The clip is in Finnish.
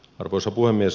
arvoisa puhemies